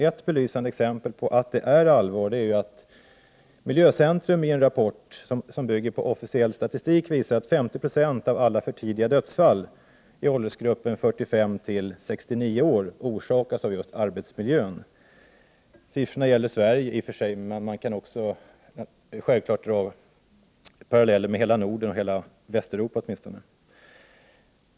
Ett belysande exempel på att det är allvar är att Miljöcentrum i en rapport, som bygger på officiell statistik, visar att 50 90 av alla för tidiga dödsfall i åldersgruppen 45-69 år orsakas av just arbetsmiljön. Siffrorna gäller Sverige, men man kan självfallet dra paralleller med åtminstone hela Norden och hela Västeuropa.